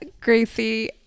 Gracie